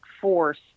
force